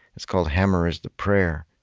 it's called hammer is the prayer.